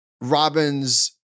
Robin's